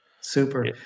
Super